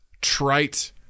trite